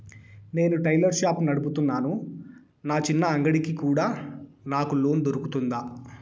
నేను tailor shop నడుపుతున్నాను, నా చిన్న అంగడి కి కూడా నాకు లోను దొరుకుతుందా?